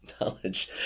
knowledge